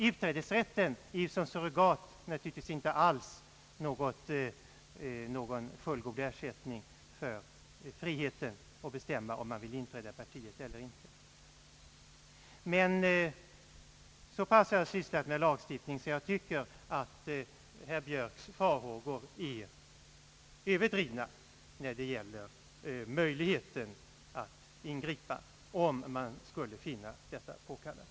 Utträdesrätten är ett surrogat och naturligtvis inte alls någon fullgod ersättning för rätten och friheten att bestämma om man vill inträda i partiet eller inte. Så pass mycket har jag sysslat med lagstiftning att jag vågar tycka att herr Björks farhågor är överdrivna vad beträffar möjligheterna att ingripa, om man skulle finna det påkallat.